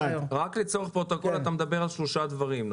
רק לצורך הפרוטוקול אתה מדבר על שלושה דברים,